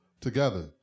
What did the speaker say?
together